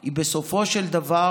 היא בסופו של דבר